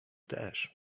też